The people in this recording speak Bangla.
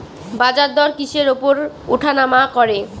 বাজারদর কিসের উপর উঠানামা করে?